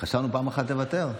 חשבנו שפעם אחת תוותר.